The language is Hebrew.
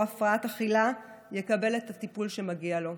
מהפרעת אכילה יקבל את הטיפול שמגיע לו.